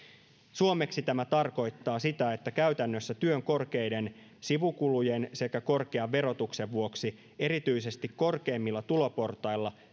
suomeksi tämä tarkoittaa sitä että käytännössä työn korkeiden sivukulujen sekä korkean verotuksen vuoksi erityisesti korkeimmilla tuloportailla